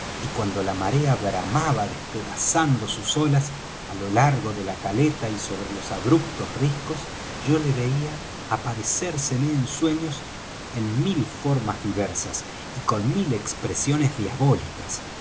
y cuando la marea bramaba despedazando sus olas á lo largo de la caleta y sobre los abruptos riscos yo le veía aparecérseme en sueños en mil formas diversas y con mil expresiones diabólicas